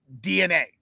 DNA